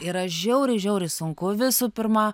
yra žiauriai žiauriai sunku visų pirma